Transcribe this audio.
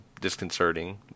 disconcerting